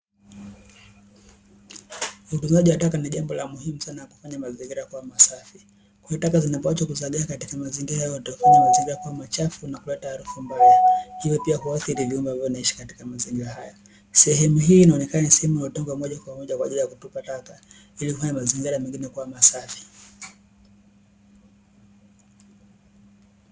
Utunzaji wa taka ni jambo la muhimu sana kufanya mazingira yawe masafi, kwa hiyo taka zinapoachwa zizagae katika mazingira yote hufanya mazingira yawe machafu na kuleta harufu mbaya hivyo pia huathiri viumbe ambavyo vinaishi katika mazingira hayo, sehemu hii inaonekana kuwa ni sehemu iliyotengwa kwa ajili ya kutupa taka ili kufanya mazingira mengine yawe masafi.